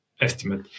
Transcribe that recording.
estimate